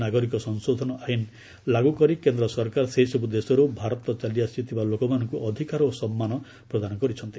ନାଗରିକ ସଂଶୋଧନ ଆଇନ୍ ଲାଗୁକରି କେନ୍ଦ୍ର ସରକାର ସେହିସବୁ ଦେଶରୁ ଭାରତ ଚାଲିଆସିଥିବା ଲୋକମାନଙ୍କୁ ଅଧିକାର ଓ ସମ୍ମାନ ପ୍ରଦାନ କରିଛନ୍ତି